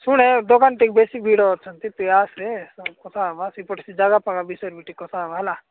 ଶୁଣେ ଦୋକାନ ଟିକେ ବେଶି ଭିଡ଼ ଅଛନ୍ତି ତୁଇ ଆସେ କଥା ହେବା ସେପଟେ ସେ ଜାଗା ଫାଗା ବିଷୟରେ ବି ଟିକେ କଥା ହେବ ହେଲା